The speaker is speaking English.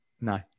No